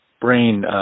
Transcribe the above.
brain